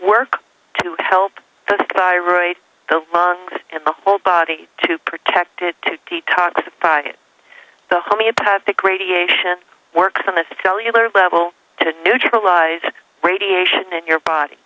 work to help the thyroid the lungs and the whole body to protect it to detox by it the homeopathic radiation works on the cellular level to neutralize radiation in your body